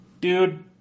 Dude